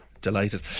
Delighted